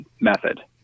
method